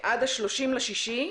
עד 30 ביוני2021,